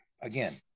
again